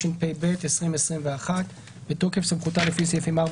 התשפ"ב-2021 בתוקף סמכותה לפי סעיפים 4,